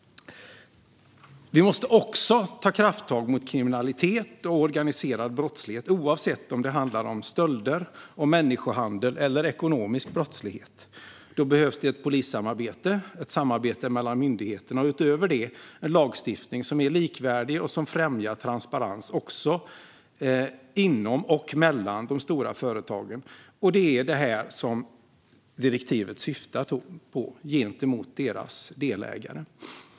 Vi måste också ta krafttag mot kriminalitet och organiserad brottslighet, oavsett om det handlar om stölder, människohandel eller ekonomisk brottslighet. Då behövs ett polissamarbete, ett samarbete mellan myndigheterna och utöver det en lagstiftning som är likvärdig och som främjar transparens också inom och mellan de stora företagen. Det är detta som direktivet syftar till gentemot företagens delägare.